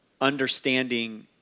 understanding